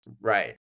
Right